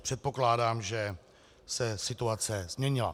Předpokládám, že se situace změnila.